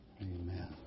Amen